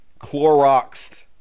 Cloroxed